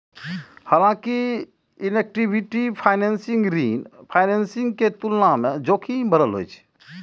हालांकि equity financing ऋण financing के तुलना मे जोखिम भरल होइ छै